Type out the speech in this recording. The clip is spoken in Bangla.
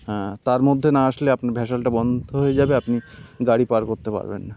হ্যাঁ তার মধ্যে না আসলে আপনি ভ্যাসেলটা বন্ধ হয়ে যাবে আপনি গাড়ি পার করতে পারবেন না